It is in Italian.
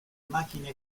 macchine